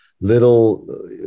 little